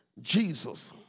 Jesus